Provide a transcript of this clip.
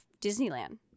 disneyland